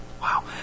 Wow